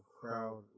crowd